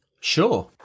Sure